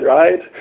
right